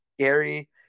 scary